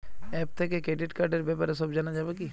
App থেকে credit কার্ডর ব্যাপারে সব জানা যাবে কি?